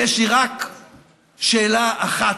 יש לי רק שאלה אחת,